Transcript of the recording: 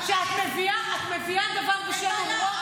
שאת מביאה דבר בשם אומרו,